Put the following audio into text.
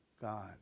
God